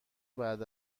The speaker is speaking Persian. بعد